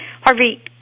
Harvey